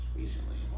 recently